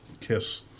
Kiss